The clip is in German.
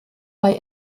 bei